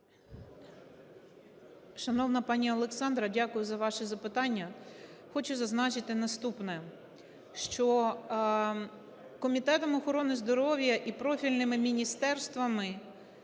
Шановна пані Олександра, дякую за ваші запитання. Хочу зазначити наступне, що Комітетом охорони здоров'я і профільними міністерствами